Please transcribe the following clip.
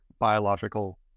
biological